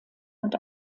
und